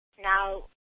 Now